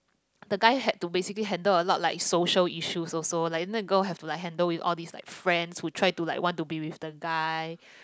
the guy had to basically handle a lot like social issues also like the girl had to like handle with all this like friends who try to like want be with the guy